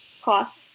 cloth